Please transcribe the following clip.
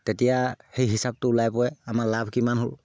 তেতিয়া সেই হিচাপটো ওলাই পৰে আমাৰ লাভ কিমান হ'ল